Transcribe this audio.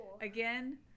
Again